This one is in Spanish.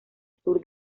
sur